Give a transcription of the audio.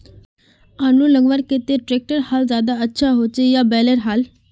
आलूर लगवार केते ट्रैक्टरेर हाल ज्यादा अच्छा होचे या बैलेर हाल?